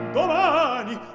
domani